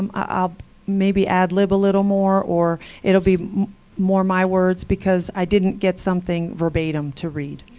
um i'll maybe ad lib a little more or it'll be more my words because i didn't get something verbatim to read.